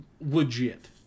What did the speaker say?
legit